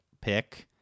pick